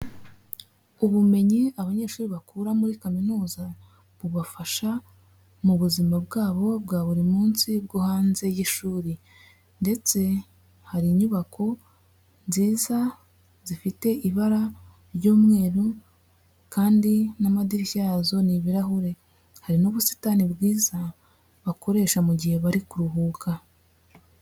Ubumenyi abanyeshuri bakura muri kaminuza bubafasha mu buzima bwabo bwa buri munsi bwo hanze y'ishuri, ndetse hari inyubako nziza zifite ibara ry'umweru, kandi n'amadirishya yazo ni ibirahure, hari n'ubusitani bwiza bakoresha mu gihe bari kuruhuka.